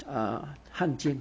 uh 汉奸